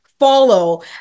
Follow